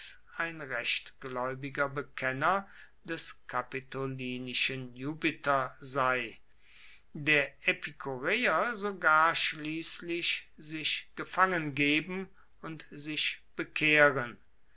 ein rechtgläubiger bekenner des kapitolinischen jupiter sei der epikureer sogar schließlich sich gefangen geben und sich bekehren